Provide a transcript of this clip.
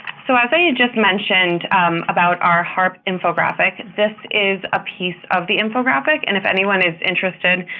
so as i just mentioned about our harp infographic this is a piece of the infographic and if anyone is interested,